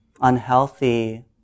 unhealthy